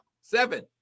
Seven